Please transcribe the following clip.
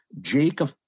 Jacob